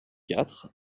quatre